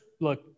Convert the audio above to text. look